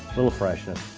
little freshness.